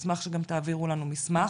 אז נשמח שגם תעבירו לנו מסמך.